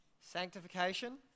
Sanctification